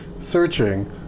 searching